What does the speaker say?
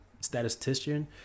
statistician